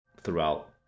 throughout